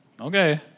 okay